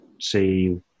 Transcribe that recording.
see